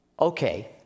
okay